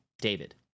david